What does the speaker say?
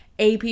ap